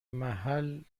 محل